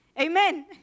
Amen